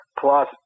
Plus